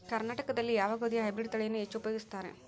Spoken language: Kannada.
ಕರ್ನಾಟಕದಲ್ಲಿ ಯಾವ ಗೋಧಿಯ ಹೈಬ್ರಿಡ್ ತಳಿಯನ್ನು ಹೆಚ್ಚು ಉಪಯೋಗಿಸುತ್ತಾರೆ?